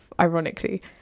ironically